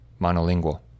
monolingual